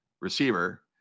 receiver